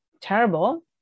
terrible